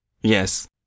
Yes